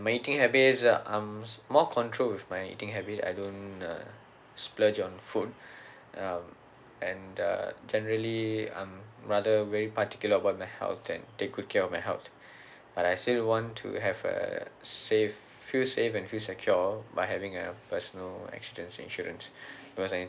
my eating habits uh I'm more controlled with my eating habit I don't uh splurge on food um and uh generally I'm rather very particular about my health and take good care of my health but I still want to have err safe feel safe and feel secure by having a personal accident insurance because